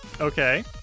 Okay